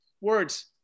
words